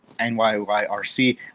NYYRC